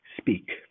Speak